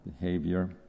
behavior